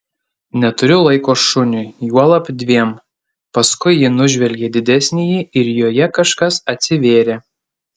neturiu laiko šuniui juolab dviem paskui ji nužvelgė didesnįjį ir joje kažkas atsivėrė